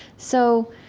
so